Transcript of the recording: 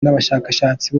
n’abashakashatsi